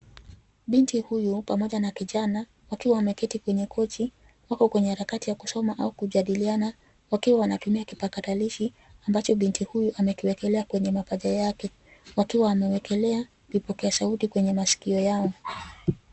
Binti huyu pamoja na kijana, wakiwa wameketi kwenye kochi wako kwenye harakati ya kusoma au kajadiliana wakiwa wanatumia kipakatalishi ambacho binti huyu amekiwekelea kwenye mapaja yake wakiwa wamewekelea vipokea sauti kwenye masikio yao.